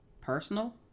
personal